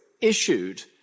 issued